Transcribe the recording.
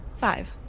Five